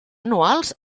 anuals